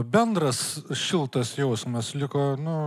bendras šiltas jausmas liko nu